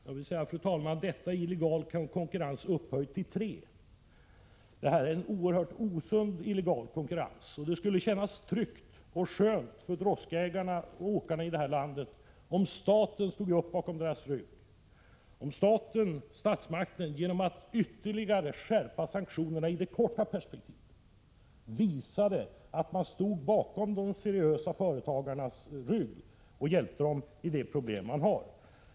Jag vill säga, fru talman, att detta är illegal konkurrens upphöjd till 3. Detta är en oerhört osund illegal konkurrens. Det skulle därför kännas tryggt och skönt för droskägarna och åkarna i detta land om staten stod upp bakom deras rygg och genom ytterligare skärpning av sanktionerna i det korta perspektivet visade att man stod bakom de seriösa företagarnas rygg och hjälpte dem med problemet.